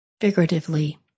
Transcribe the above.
figuratively